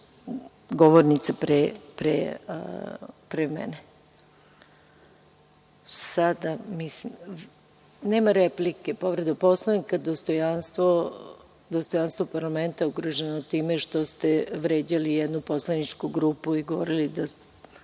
govornica pre mene. Sada, mislim, nema replike. Povreda Poslovnika, dostojanstvo parlamenta ugroženo time što ste vređali jednu poslaničku grupu i govorili…Šta ste